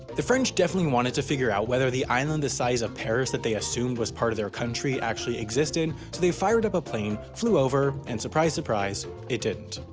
the french definitely wanted to figure out whether the island the size of paris that they assumed was part of their country actually existed so they fired up a plane, flew over, and surprise surprise it didn't.